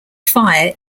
fire